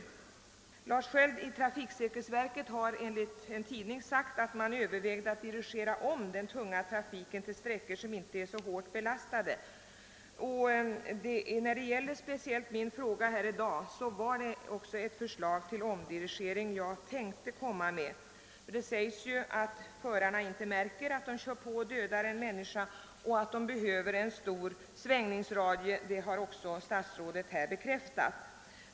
Generaldirektör Lars Skiöld i trafiksäkerhetsverket har i en tidning sagt, att man överväger att dirigera om den tunga trafiken till sträckor som inte är så hårt belastade. När jag framställde min fråga var det också speciellt ett förslag till omdirigering jag tänkte på. Det sägs att förarna inte märker, när de kör på och dödar en människa, och att de tunga lastbilarna behöver en stor svängningsradie har också statsrådet här bekräftat.